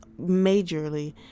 majorly